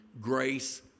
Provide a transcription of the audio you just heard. grace